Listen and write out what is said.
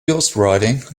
ghostwriting